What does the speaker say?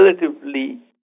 relatively